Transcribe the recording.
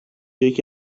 یکی